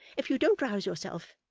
if you don't rouse yourself.